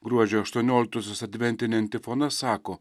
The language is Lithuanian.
gruodžio aštuonioliktosios adventinė antifona sako